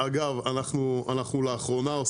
לאחרונה,